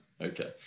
Okay